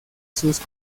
sus